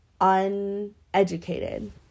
uneducated